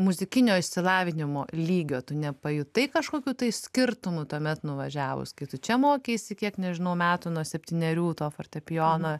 muzikinio išsilavinimo lygio tu nepajutai kažkokių skirtumų tuomet nuvažiavus kai tu čia mokeisi kiek nežinau metų nuo septynerių to fortepijono